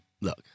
look